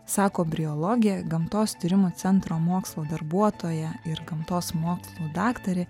sako briologė gamtos tyrimo centro mokslo darbuotoja ir gamtos mokslų daktarė